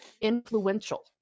influential